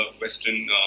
Western